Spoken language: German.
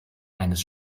eines